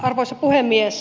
arvoisa puhemies